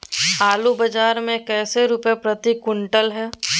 आलू बाजार मे कैसे रुपए प्रति क्विंटल है?